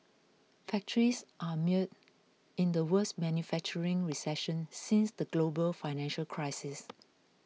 factories are mired in the worst manufacturing recession since the global financial crisis